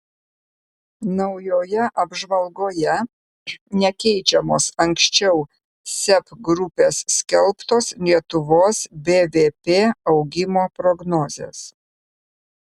naujoje apžvalgoje nekeičiamos anksčiau seb grupės skelbtos lietuvos bvp augimo prognozės